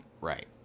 Right